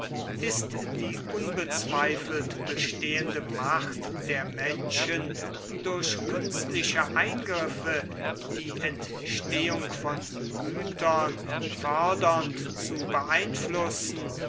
ist die unbezweifelt bestehende macht der menschen durch künstliche eingriffe die entstehung von gütern fördernd zu beeinflussen